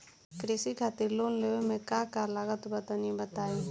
कृषि खातिर लोन लेवे मे का का लागत बा तनि बताईं?